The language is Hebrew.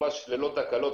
ממש ללא תקלות.